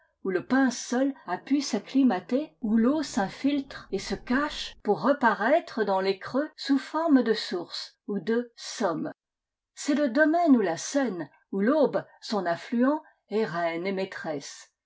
où le pin seul a pu s'acclimater où l'eau s'infiltre et se cache pour reparaître dans les creux sous forme de sources ou de sommes c'est le domaine où la seine avec l'aube son affluent est reine et maîtresse